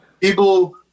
people